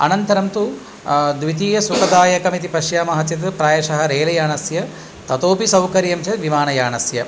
अनन्तरं तु द्वितीयं सुखदायकमिति पश्यामः चेत् प्रायशः रेल्यानस्य ततोऽपि सौकर्यं च विमानयानस्य